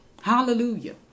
Hallelujah